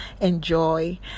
enjoy